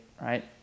right